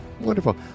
wonderful